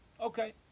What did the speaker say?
Okay